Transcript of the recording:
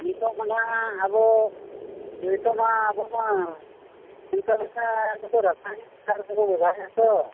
ᱱᱤᱛᱚᱜ ᱢᱟ ᱦᱟᱜ ᱟᱫᱚ ᱱᱤᱛᱚᱜᱼᱢᱟ ᱟᱵᱚᱢᱟ ᱚᱱᱠᱟ ᱞᱮᱠᱟ ᱨᱟᱥᱟᱭᱱᱤᱠ ᱥᱟᱨ ᱜᱮᱵᱚ ᱵᱮᱵᱚᱦᱟᱨᱮᱫ ᱛᱚ